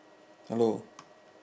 hello